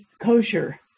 kosher